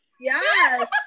Yes